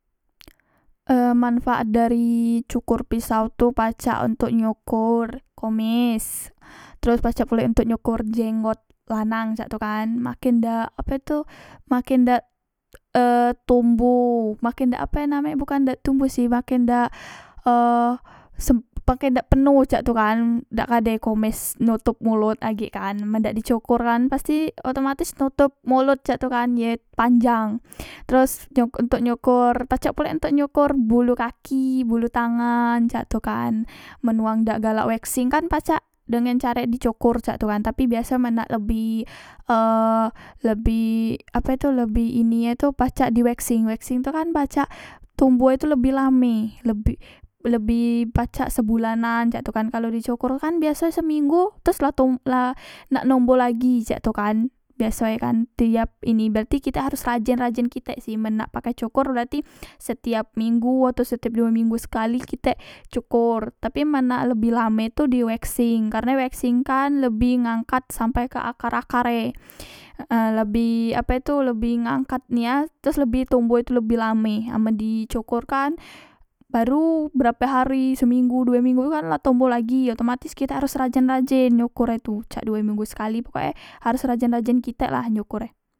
E manfaat dari cokor pisau tu pacak ontok nyokor komes terus pacak pulek ontok nyokor jenggot lanang cak tu kan maken dak ape tu maken dak e tumbuh maken dak ape name e bukan dak tumbuh si maken dak penuh cak tu kan dak ade komes notop molot cak tu kan ye panjang terus ontok nyokor bule kaki bulu tangan cak tu kan men wang dak galak waxing kan pacak dengen carek di cokor cak tu kan tapi biaso men nak lebih e lebih ape tu lebih ini e tu pacak di waxing waxing tu kan pacak tumbuhe tu lebih lame lebi lebih pacak sebulanan cak tu kan kalo di cokor kan biasoe seminggu teros la tom la nak nombo lagi cek tu kan biaso e kan tiap ini berarti kitek haros rajen rajen kitek sih men nak pakai cokor berarti setiap minggu atau setiap due minggu sekali kitek cokor tapi men nak lebi lame tu di waxing karne waxing kan lebih ngangkat sampai ke akar akar e e lebih ape tu lebih ngangkat nia teros lebih tombo e tu lebih lame amen di cokor kan baru berape hari seminggu due minggu tu kan la tombo lagi otomatis kitek harus rajen rajen nyokor e tu cak due minggu sekali pokoke harus rajen rajen kitek lah nyokor e